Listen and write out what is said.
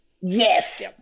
Yes